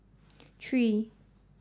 three